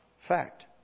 fact